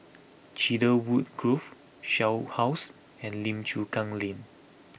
Cedarwood Grove Shell House and Lim Chu Kang Lane